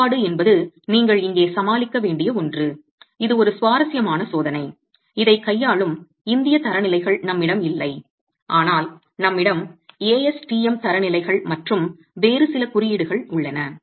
மாறுபாடு என்பது நீங்கள் இங்கே சமாளிக்க வேண்டிய ஒன்று இது ஒரு சுவாரஸ்யமான சோதனை இதை கையாளும் இந்திய தரநிலைகள் நம்மிடம் இல்லை ஆனால் நம்மிடம் ASTM தரநிலைகள் மற்றும் வேறு சில குறியீடுகள் உள்ளன